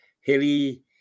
Hilly